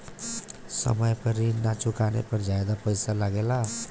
समय पर ऋण ना चुकाने पर ज्यादा पईसा लगेला?